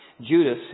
Judas